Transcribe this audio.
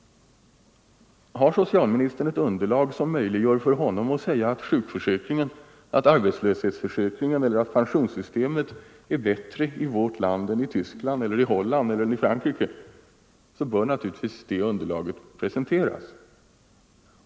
Har socialministern ett underlag som möjliggör för honom att säga att sjukförsäkringen, arbetslöshetsförsäkringen eller pensionssystemet är bättre i vårt land än i Tyskland eller Holland eller Frankrike, så bör naturligtvis det underlaget presenteras.